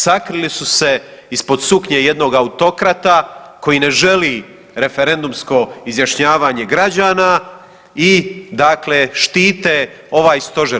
Sakrili su se ispod suknje jednoga autokrata koji ne želi referendumsko izjašnjavanje građana i dakle štite ovaj Stožer.